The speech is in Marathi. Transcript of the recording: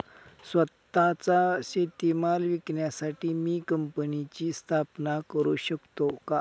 स्वत:चा शेतीमाल विकण्यासाठी मी कंपनीची स्थापना करु शकतो का?